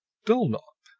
dulnop,